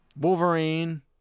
Wolverine